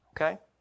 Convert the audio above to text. Okay